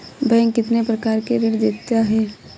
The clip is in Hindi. बैंक कितने प्रकार के ऋण देता है?